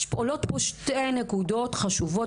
עולות פה שתי נקודות חשובות,